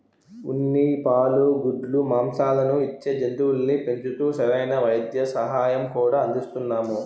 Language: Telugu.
ఉన్ని, పాలు, గుడ్లు, మాంససాలను ఇచ్చే జంతువుల్ని పెంచుతూ సరైన వైద్య సహాయం కూడా అందిస్తున్నాము